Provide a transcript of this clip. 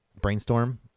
Brainstorm